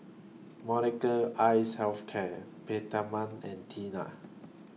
Molnylcke Health Care Peptamen and Tena